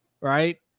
right